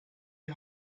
die